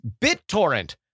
BitTorrent